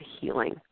healing